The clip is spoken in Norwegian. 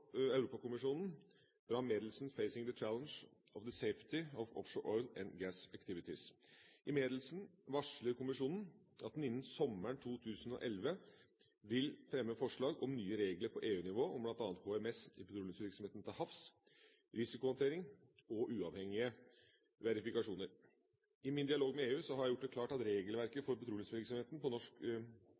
Europakommisjonen fram meddelelsen «Facing the challenge of the safety of offshore oil and gas activities». I meddelelsen varsler kommisjonen at den innen sommeren 2011 vil fremme forslag om nye regler på EU-nivå om bl.a. HMS i petroleumsvirksomheten til havs, risikohåndtering og uavhengige verifikasjoner. I min dialog med EU har jeg gjort det klart at regelverket for petroleumsvirksomheten på norsk